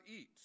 eat